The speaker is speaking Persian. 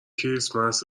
کریسمس